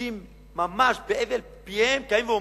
אנשים ממש בהבל פיהם קמים ואומרים,